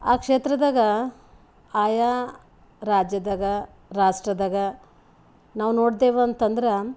ಆ ಕ್ಷೇತ್ರದಾಗ ಆಯಾ ರಾಜ್ಯದಾಗ ರಾಷ್ಟ್ರದಾಗ ನಾವು ನೋಡ್ದೇವು ಅಂತಂದ್ರೆ